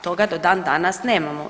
Toga do dan danas nemamo.